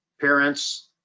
parents